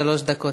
שלוש דקות.